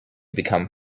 become